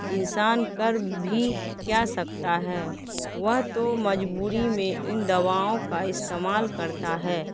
انسان کر بھی کیا سکتا ہے وہ تو مجبوری میں ان دواؤں کا استعمال کرتا ہے